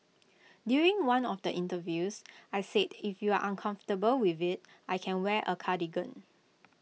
during one of the interviews I said if you're uncomfortable with IT I can wear A cardigan